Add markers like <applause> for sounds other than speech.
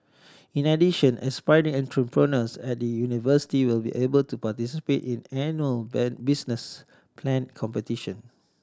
in addition aspiring entrepreneurs at the university will be able to participate in annual <unintelligible> business plan competition